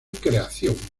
creación